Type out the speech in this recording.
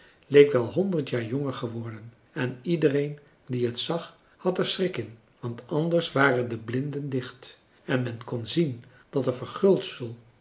leek wel honderd jaar jonger geworden en iedereen die het zag had er schik in want anders waren de blinden dicht en men kon zien dat er verguldsel